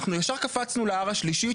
אנחנו ישר קפצנו ל-R השלישית,